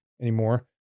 anymore